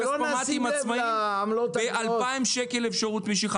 תכפיל לו את ה-7 שקלים, 8 שקלים.